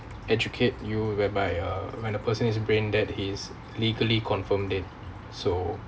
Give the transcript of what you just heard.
educate you whereby uh when a person is brain dead he's legally confirmed dead so